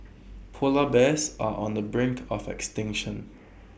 Polar Bears are on the brink of extinction